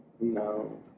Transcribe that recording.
No